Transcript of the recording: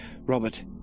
Robert